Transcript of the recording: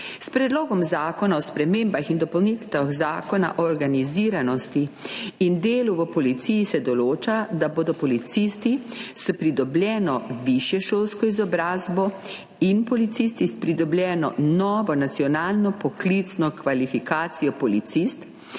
S Predlogom zakona o spremembah in dopolnitvah Zakona o organiziranosti in delu v policiji se določa, da bodo policisti s pridobljeno višješolsko izobrazbo in policisti s pridobljeno novo nacionalno poklicno kvalifikacijo policist